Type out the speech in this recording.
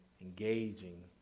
engaging